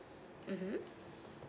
(uh huh)